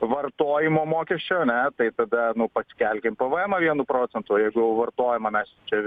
vartojimo mokesčio ane tai tada nu pasikelkim pvemą vienu procentu jeigu jau vartojimą mes čia